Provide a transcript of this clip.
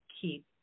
keep